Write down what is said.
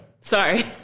Sorry